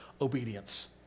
obedience